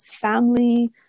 family